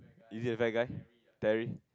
he is a fat guy Terry